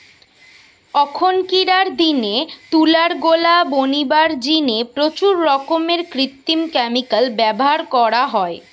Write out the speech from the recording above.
অখনকিরার দিনে তুলার গোলা বনিবার জিনে প্রচুর রকমের কৃত্রিম ক্যামিকাল ব্যভার করা হয়